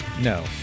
No